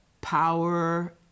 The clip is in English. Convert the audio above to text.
power